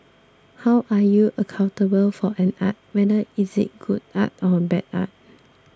how are you accountable for an art whether is it good art or bad art